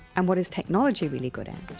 and what is technology really good at.